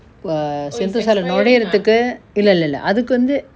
err sentosa lah நொலைரதுக்கு இல்லல்லல அதுக்கு வந்து:nolairathuku illallala athuku vanthu